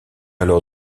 alors